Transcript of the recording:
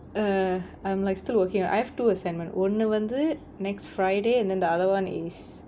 err I'm like still working I have two assignment ஒன்னு வந்து:onnu vanthu next friday and then the other one is